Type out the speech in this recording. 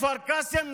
כפר קאסם,